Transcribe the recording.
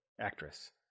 actress